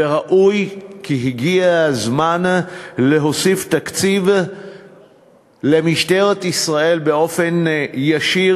וראוי והגיע הזמן להוסיף תקציב למשטרת ישראל באופן ישיר